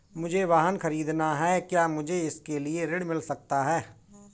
मुझे वाहन ख़रीदना है क्या मुझे इसके लिए ऋण मिल सकता है?